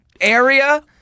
area